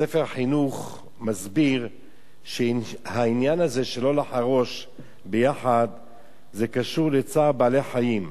ספר החינוך מסביר שהעניין הזה שלא לחרוש ביחד קשור לצער בעלי-חיים,